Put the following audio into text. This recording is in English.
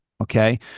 Okay